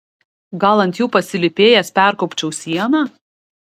gal ant jų pasilypėjęs perkopčiau sieną